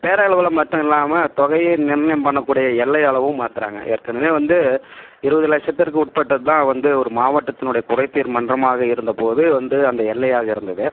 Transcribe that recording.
பேரளவில் மட்டும் இல்லாமல் தொகையின் நிர்ணயம் பண்ணக்கூடிய எல்லை அளவும் மாற்றுறாங்க ஏற்கனவே வந்து இருபது லட்சத்திற்கு உட்பட்டதுதான் வந்து ஒரு மாவட்டத்துனுடைய குறைதீர் மன்றமாக இருந்தபோது வந்து அந்த எல்லையாக இருந்தது